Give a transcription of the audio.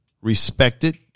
respected